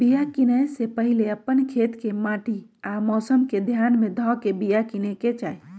बिया किनेए से पहिले अप्पन खेत के माटि आ मौसम के ध्यान में ध के बिया किनेकेँ चाही